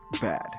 bad